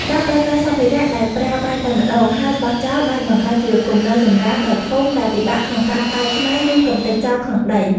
ការប្រើប្រាស់សម្ភារៈដែលប្រើបានតែម្តងហើយបោះចោលបានបង្កើតជាគំនរសំរាមដ៏ធំដែលពិបាកក្នុងការកែច្នៃឬកម្ទេចចោលក្នុងដី។